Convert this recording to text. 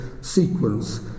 sequence